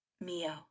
Mio